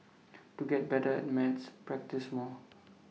to get better at maths practise more